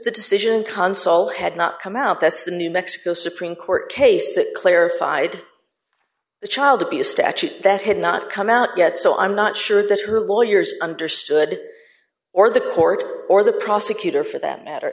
the decision consol had not come out that's the new mexico supreme court case that clarified the child abuse statute that had not come out yet so i'm not sure that her lawyers understood d or the court or the prosecutor for that matter